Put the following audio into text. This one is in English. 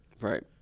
Right